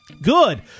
Good